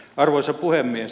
arvoisa puhemies